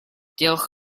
diolch